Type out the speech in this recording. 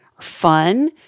fun